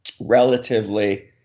relatively